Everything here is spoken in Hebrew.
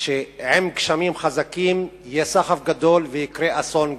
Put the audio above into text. שעם גשמים חזקים יהיה סחף גדול ויקרה אסון גדול.